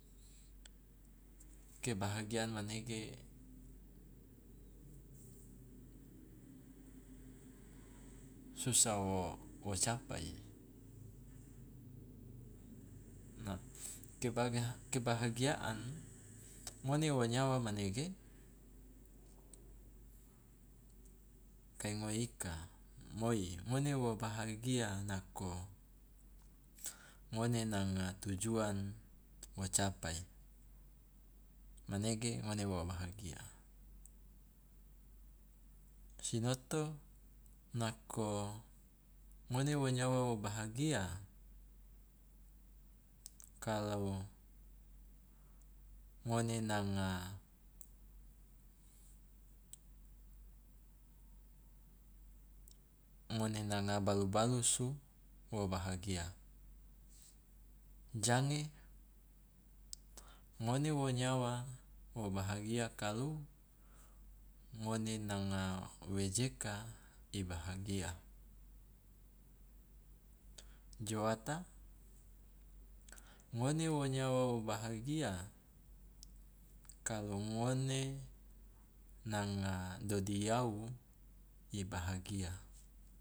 Kebahagiaan manege susah wo wo capai, na kebahagiaan ngone wo nyawa manege kai ngoe ika, moi ngone wo bahagia nako ngone nanga tujuan wo capai manege ngone wo bahagia, sinoto nako ngone wo nyawa wo bahagia kalau ngone nanga ngone nanga balu balusu wo bahagia, jange ngone wo nyawa wo bahagia kalu ngone nanga wejeka i bahagia, joata ngone wo nyawa wo bahagia kalu ngone nanga dodiawu i bahagia.